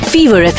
Fever